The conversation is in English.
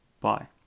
Bye